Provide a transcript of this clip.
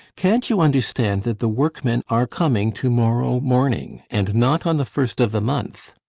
can't you understand that the workmen are coming to-morrow morning and not on the first of the month?